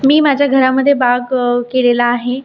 मी माझ्या घरामध्ये बाग केलेला आहे